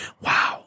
Wow